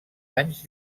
anys